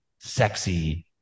sexy